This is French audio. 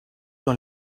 dans